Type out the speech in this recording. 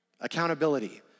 Accountability